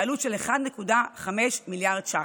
בעלות של 1.5 מיליארד ש"ח,